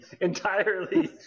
entirely